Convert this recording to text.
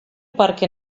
parke